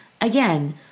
Again